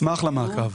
נשמח למעקב.